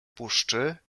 puszczy